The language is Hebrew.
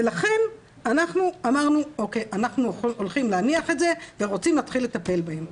לכן אמרנו 'אנחנו הולכים להניח את זה ורוצים להתחיל בהם'.